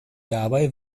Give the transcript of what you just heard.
dabei